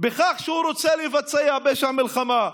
בכך שהוא רוצה לבצע פשע מלחמה.